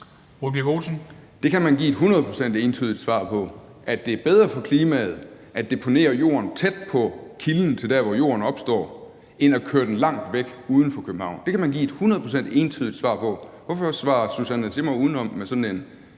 Det kan man give et hundrede procent entydigt svar på. At det er bedre for klimaet at deponere jorden tæt på kilden til der, hvor jorden opstår, end at køre den langt væk, uden for København, kan man give et hundrede procent entydigt svar på. Hvorfor svarer fru Susanne Zimmer udenom med sådan en